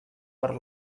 per